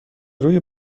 روی